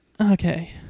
okay